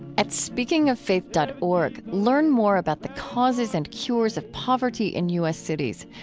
at speakingoffaith dot org, learn more about the causes and cures of poverty in u s. cities.